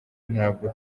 ntabwo